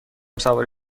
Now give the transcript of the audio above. سوار